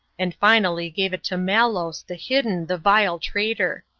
and finally gave it to malos, the hidden, the vile traitor.